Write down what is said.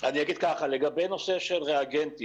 אני אגיד ככה, לגבי נושא של ריאגנטים,